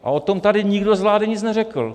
A o tom tady nikdo z vlády nic neřekl.